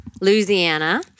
Louisiana